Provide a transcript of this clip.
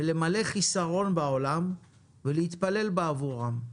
ולמלא חיסרון בעולם ולהתפלל בעבורם.